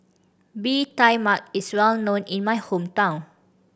Bee Tai Mak is well known in my hometown